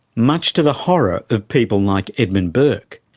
much to the horror of people like edmund burke.